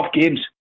games